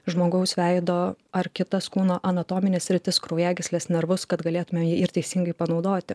žmogaus veido ar kitas kūno anatomines sritis kraujagysles narvus kad galėtume jį ir teisingai panaudoti